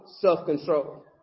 self-control